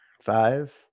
Five